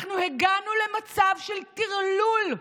אנחנו הגענו למצב של טרלול.